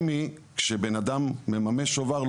כשבן אדם מממש שובר,